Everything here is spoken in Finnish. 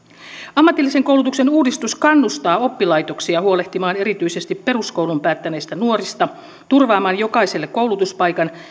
ammatillisen koulutuksen uudistus kannustaa oppilaitoksia huolehtimaan erityisesti peruskoulun päättäneistä nuorista turvaamaan jokaiselle koulutuspaikan